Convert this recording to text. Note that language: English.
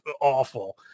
awful